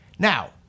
Now